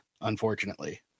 unfortunately